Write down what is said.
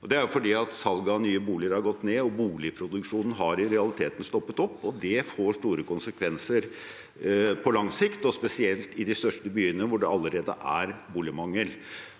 Det er fordi salget av nye boliger har gått ned. Boligproduksjonen har i realiteten stoppet opp. Det får store konsekvenser på lang sikt, og spesielt i de største byene, hvor det allerede er boligmangel.